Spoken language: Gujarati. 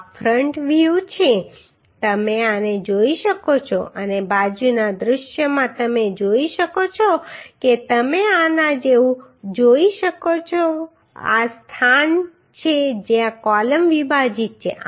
આ ફ્રન્ટ વ્યુ છે તમે આને જોઈ શકો છો અને બાજુના દૃશ્યમાં તમે જોઈ શકો છો કે તમે આના જેવું જોઈ શકો છો તેથી આ તે સ્થાન છે જ્યાં કૉલમ વિભાજિત છે